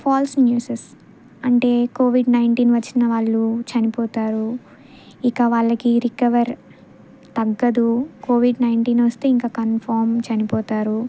falls news అంటే covid nineteen వచ్చిన వాళ్ళు చనిపోతారు ఇక వాళ్ళకి రికవర్ తగ్గదు కోవిడ్ నైన్టీన్ వస్తే ఇంక కన్ఫమ్ చనిపోతారు